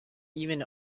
even